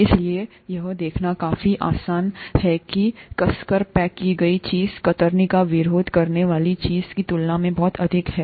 इसलिए यह देखना काफी आसान है कि कसकर पैक की गई चीज कतरनी का विरोध करने वाली चीज की तुलना में बहुत अधिक है